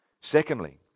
Secondly